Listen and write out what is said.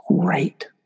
great